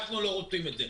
אנחנו לא רוצים את זה.